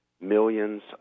Millions